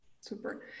Super